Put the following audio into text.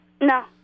No